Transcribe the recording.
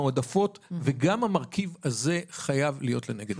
מועדפות, וגם המרכיב הזה חייב להיות לנגד עינינו.